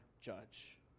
judge